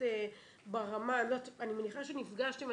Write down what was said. אני מניחה שנפגשתם,